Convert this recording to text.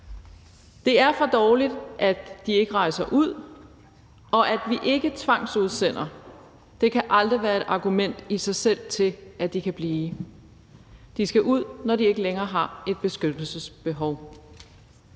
Det er for dårligt, at de ikke rejser ud – og at vi ikke tvangsudsender, kan aldrig i sig selv være et argument for, at de kan blive. De skal ud, når de ikke længere har et beskyttelsesbehov.